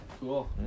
Cool